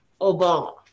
Obama